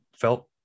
felt